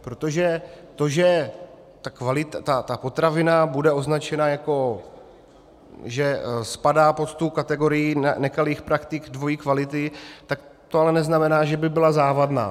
Protože to, že ta potravina bude označena, jako že spadá pod kategorii nekalých praktik dvojí kvality, tak to ale neznamená, že by byla závadná.